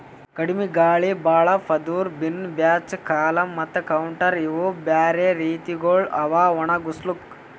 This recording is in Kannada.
ಕಡಿಮಿ ಗಾಳಿ, ಭಾಳ ಪದುರ್, ಬಿನ್ ಬ್ಯಾಚ್, ಕಾಲಮ್ ಮತ್ತ ಕೌಂಟರ್ ಇವು ಬ್ಯಾರೆ ರೀತಿಗೊಳ್ ಅವಾ ಒಣುಗುಸ್ಲುಕ್